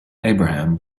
abraham